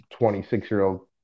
26-year-old